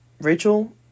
Rachel